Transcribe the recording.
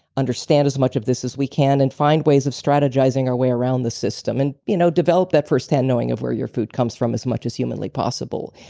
understand as much of this as we can, and find ways of strategizing our way around the system. and you know, develop that first hand knowing of where your food comes from as much as humanely possible.